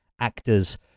actors